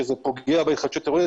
שזה פוגע בהתחדשות עירונית,